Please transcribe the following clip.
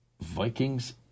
vikings